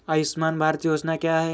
आयुष्मान भारत योजना क्या है?